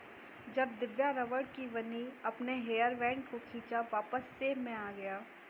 जब दिव्या रबड़ की बनी अपने हेयर बैंड को खींचा वापस शेप में आ गया